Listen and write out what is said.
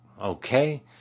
okay